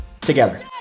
together